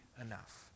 enough